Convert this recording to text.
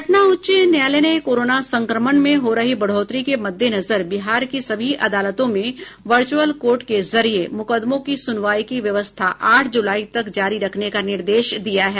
पटना उच्च न्यायालय ने कोरोना संक्रमण में हो रही बढ़ोतरी के मद्देनजर बिहार की सभी अदालतों में वर्च्यअल कोर्ट के जरिए मुकदमों की सुनवाई की व्यवस्था आठ जुलाई तक जारी रखने का निर्देश दिया है